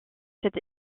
cette